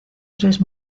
tres